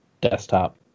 desktop